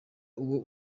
uwo